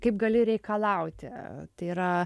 kaip gali reikalauti tai yra